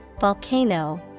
volcano